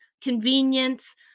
convenience